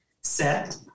set